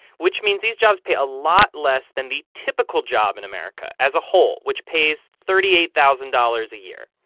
which means these jobs pay a lot less than the typical job in america as a whole, which pays thirty eight thousand dollars a year.